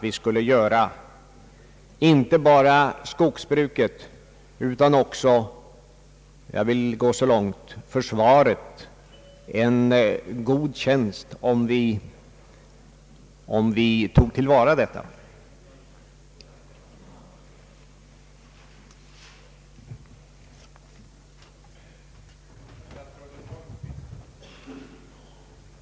Vi skulle göra inte bara skogsbruket utan också — jag vill gå så långt — försvaret en god tjänst om vi handlade på det sätt som jag antytt i interpellationen.